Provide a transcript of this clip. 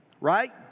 right